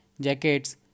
jackets